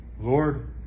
Lord